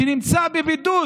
שנמצא בבידוד